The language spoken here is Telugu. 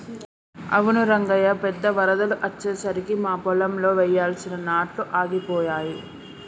అవును రంగయ్య పెద్ద వరదలు అచ్చెసరికి మా పొలంలో వెయ్యాల్సిన నాట్లు ఆగిపోయాయి